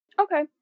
Okay